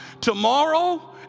Tomorrow